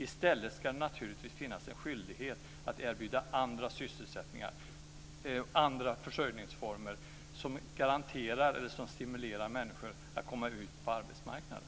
I stället ska det naturligtvis finnas en skyldighet att erbjuda andra sysselsättningar och andra försörjningsformer som stimulerar människor att komma ut på arbetsmarknaden.